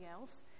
else